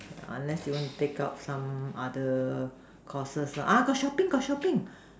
unless you want to take up some other courses lah ah got shopping got shopping